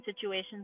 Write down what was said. situations